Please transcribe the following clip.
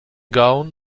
gown